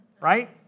right